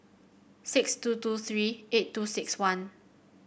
six two two three eight two six one